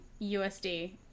USD